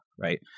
right